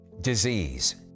Disease